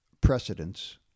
precedents